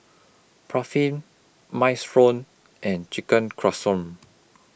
Barfi Minestrone and Chicken Casserole